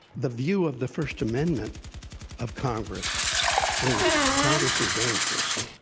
the view of the first amendment of congress is congress is dangerous.